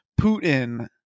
Putin